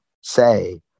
say